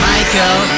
Michael